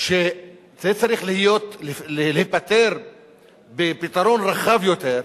שזה צריך להיפתר בפתרון רחב יותר,